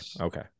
okay